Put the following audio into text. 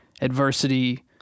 adversity